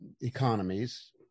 economies